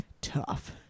tough